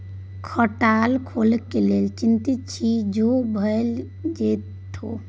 खटाल खोलय लेल चितिंत छी जो भए जेतौ